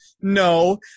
no